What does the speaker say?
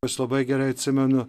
aš labai gerai atsimenu